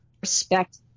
respect